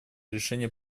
решение